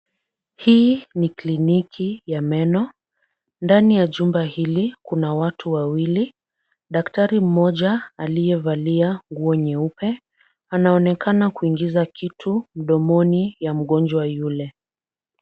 Hii ni kliniki ya meno. Ndani ya jumba hili kuna watu wawili, daktari mmoja aliyevalia nguo nyeupe, anaonekana kuingiza kitu mdomoni ya mgonjwa yule.